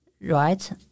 Right